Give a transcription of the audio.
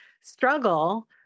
struggle